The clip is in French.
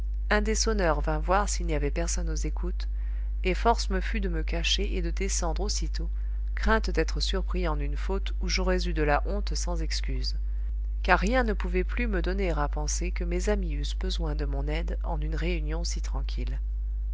un des sonneurs vint voir s'il n'y avait personne aux écoutes et force me fut de me cacher et de descendre aussitôt crainte d'être surpris en une faute ou j'aurais eu de la honte sans excuse car rien ne pouvait plus me donner à penser que mes amis eussent besoin de mon aide en une réunion si tranquille